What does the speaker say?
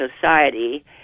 society